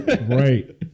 right